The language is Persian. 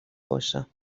باشم